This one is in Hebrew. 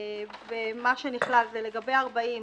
מה שנכלל זה לגבי 40,